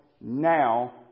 Now